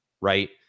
right